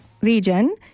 region